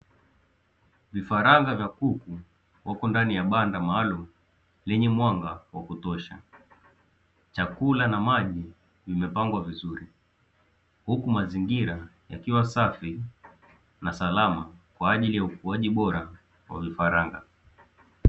Vifaranga vya kuku, wapo ndani ya banda maalumu, lenye mwanga wa kutosha, chakula na maji vimepangwa vizuri, huku mazingira yakiwa safi na salama ,kwa ajili ya ukuaji bora wa vifaranga.